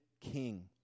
king